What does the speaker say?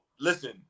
listen